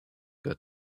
got